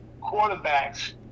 quarterbacks